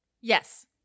Yes